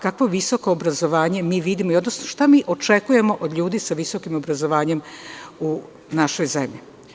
Kako visoko obrazovanje mi vidimo, odnosno šta očekujemo od ljudi sa visokim obrazovanjem u našoj zemlji?